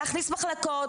להכניס מחלקות,